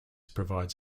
provides